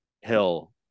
Hill